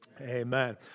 Amen